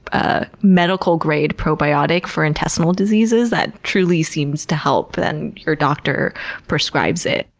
a medical-grade probiotic for intestinal diseases that truly seems to help, and your doctor prescribes it.